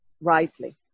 rightly